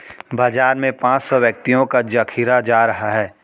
बाजार में पांच सौ व्यक्तियों का जखीरा जा रहा है